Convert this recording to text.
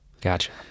Gotcha